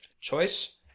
choice